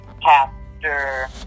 Pastor